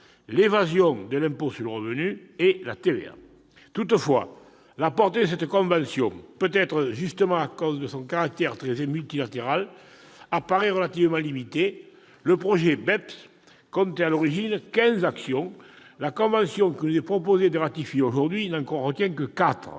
devant l'impôt sur le revenu et la TVA. Toutefois, la portée de cette convention- peut-être justement à cause de son caractère très multilatéral -apparaît relativement limitée. Le projet BEPS comptait à l'origine quinze « actions ». La convention qu'il nous est proposé de ratifier n'en retient que